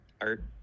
art